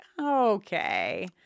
okay